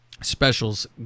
specials